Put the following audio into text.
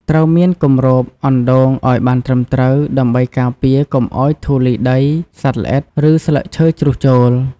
ត្រូវមានគម្របអណ្ដូងឲ្យបានត្រឹមត្រូវដើម្បីការពារកុំឲ្យធូលីដី សត្វល្អិត ឬស្លឹកឈើជ្រុះចូល។